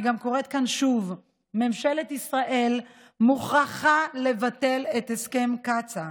אני גם קוראת כאן שוב: ממשלת ישראל מוכרחה לבטל את הסכם קצא"א.